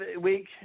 week